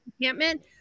encampment